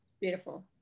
beautiful